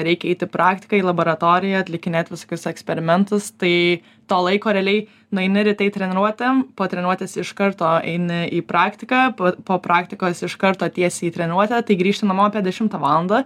reikia eit į praktiką į laboratoriją atlikinėt visokius eksperimentus tai to laiko realiai nueini ryte į treniruotę po treniruotės iš karto eini į praktiką po po praktikos iš karto tiesiai į treniruotę tai grįžti namo apie dešimtą valandą